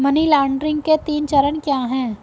Money laundering के तीन चरण क्या हैं?